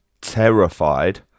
terrified